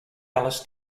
alice